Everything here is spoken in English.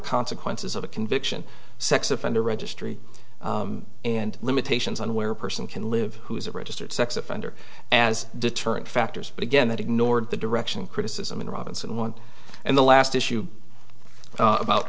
consequences of a conviction sex offender registry and limitations on where a person can live who is a registered sex offender as deterrent factors but again that ignored the direction criticism in robinson one and the last issue about